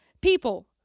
People